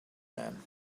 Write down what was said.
man